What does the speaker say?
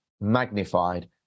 magnified